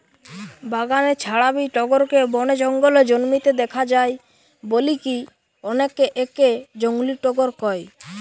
বাগান ছাড়াবি টগরকে বনে জঙ্গলে জন্মিতে দেখা যায় বলিকি অনেকে একে জংলী টগর কয়